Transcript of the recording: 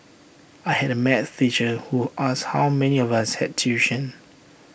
I had A math teacher who asked how many of us had tuition